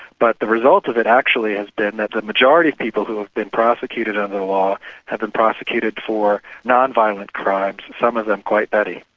but the result of it actually has been that the majority of people who've been prosecuted under the law have been prosecuted for non-violent crimes, some of them quite petty.